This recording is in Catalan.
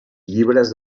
llibres